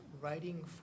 writing